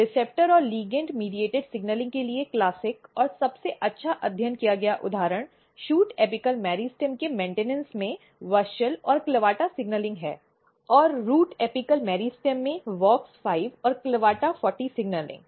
receptor और ligand मध्यस्थता signalling के लिए क्लासिक और सबसे अच्छा अध्ययन किया गया उदाहरण शूट एपिकॅल मेरिस्टेम के मेन्टनन्स में WUSCHEL और CLAVATA सिग्नलिंग है और रूट एपिकॅल मेरिस्टेम में WOX5 और CLAVATA40 सिग्नलिंग